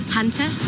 Hunter